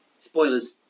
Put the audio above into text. spoilers